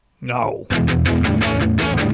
No